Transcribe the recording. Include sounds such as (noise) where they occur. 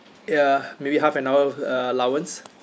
ya (breath) maybe half an hour uh allowance